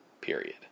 period